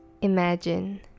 Imagine